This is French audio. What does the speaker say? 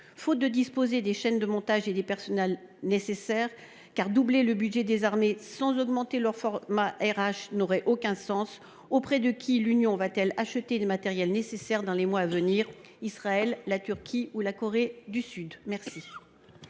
Faute de disposer des chaînes de montage et des personnels nécessaires – car doubler le budget des armées sans augmenter leurs ressources humaines n’aurait aucun sens – auprès de qui l’Union européenne va t elle acheter les matériels nécessaires dans les mois à venir ? À Israël, à la Turquie ou à la Corée du Sud ? La